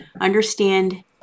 understand